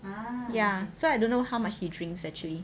um ya so I don't know how much he drinks actually